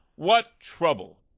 what trouble!